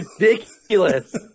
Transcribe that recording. ridiculous